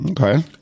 Okay